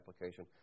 application